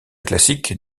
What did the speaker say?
classique